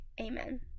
Amen